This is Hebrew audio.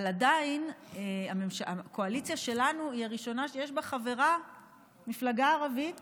אבל עדיין הקואליציה שלנו היא הראשונה שיש בה חברה שהיא מפלגה ערבית